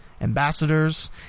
Ambassadors